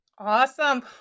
Awesome